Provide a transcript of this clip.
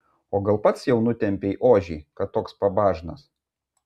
o gal pats jau nutempei ožį kad toks pabažnas